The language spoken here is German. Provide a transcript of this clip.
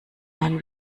man